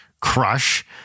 crush